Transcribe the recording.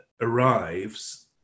arrives